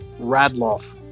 Radloff